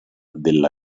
della